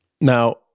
Now